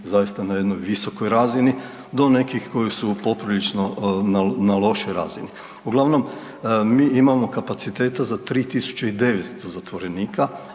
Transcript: zaista na jednoj visokoj razini do nekih koji su na poprilično lošoj razini. Uglavnom, mi imamo kapaciteta za 3.900 zatvorenika,